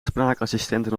spraakassistenten